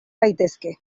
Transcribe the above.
gaitezke